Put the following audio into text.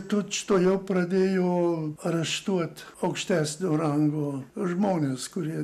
tučtuojau pradėjo areštuot aukštesnio rango žmonės kurie